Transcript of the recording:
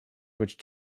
which